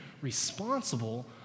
responsible